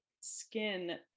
skin